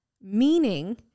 Meaning